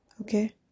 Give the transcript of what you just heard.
okay